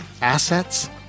assets